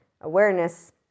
Awareness